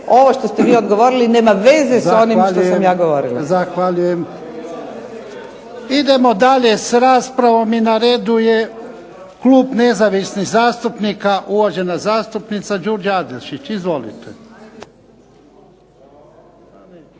ovo što ste vi odgovorili nema veze s onim što sam ja govorila. **Jarnjak, Ivan (HDZ)** Idemo dalje sa raspravom. I na redu je klub nezavisnih zastupnika, uvažena zastupnica Đurđa Adlešić. Izvolite.